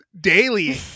daily